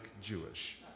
Jewish